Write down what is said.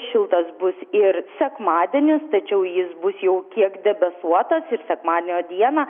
šiltas bus ir sekmadienis tačiau jis bus jau kiek debesuotas ir sekmadienio dieną